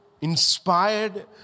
inspired